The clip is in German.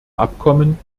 abkommen